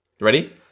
Ready